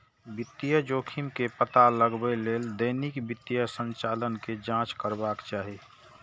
वित्तीय जोखिम के पता लगबै लेल दैनिक वित्तीय संचालन के जांच करबाक चाही